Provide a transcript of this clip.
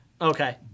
Okay